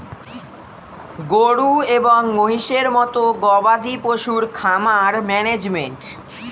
গরু এবং মহিষের মতো গবাদি পশুর খামার ম্যানেজমেন্ট